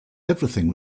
everything